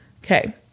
Okay